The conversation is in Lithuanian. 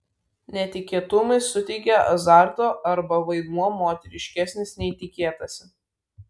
netikėtumai suteikia azarto arba vaidmuo moteriškesnis nei tikėtasi